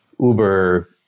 Uber